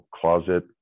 closet